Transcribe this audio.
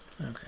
Okay